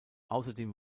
außerdem